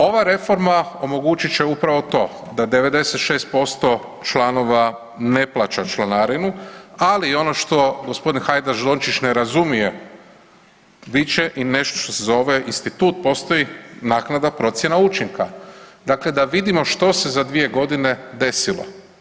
Ova reforma omogućit će upravo to da 96% članova ne plaća članarinu, ali ono što gospodin Hajdaš Dončić ne razumije bit će i nešto što se zove institut, postoji naknadna procjena učinka dakle da vidimo što se za dvije godine desilo.